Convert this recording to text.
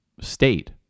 state